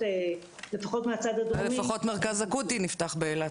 לפחות מהצד הדרומי --- לפחות מרכז אקוטי נפתח באילת.